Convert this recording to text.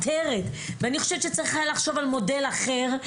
אני חושבת שהיה צריך לחשוב על מודל אחר,